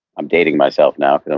i'm dating myself now, and